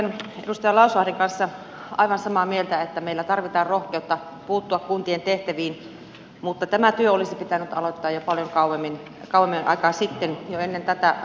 olen edustaja lauslahden kanssa aivan samaa mieltä että meillä tarvitaan rohkeutta puuttua kuntien tehtäviin mutta tämä työ olisi pitänyt aloittaa jo paljon kauemmin aikaa sitten ennen tätä hallitusta